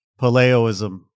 paleoism